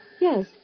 Yes